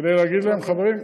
כדי להגיד להם: חברים,